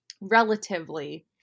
relatively